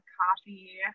coffee